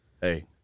Hey